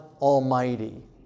Almighty